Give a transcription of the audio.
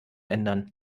ändern